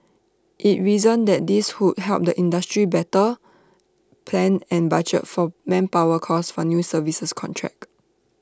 IT reasoned that this would help the industry better plan and budget for manpower costs for new service contracts